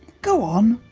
go on,